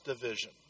division